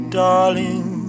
darling